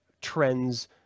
trends